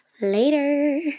later